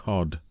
Cod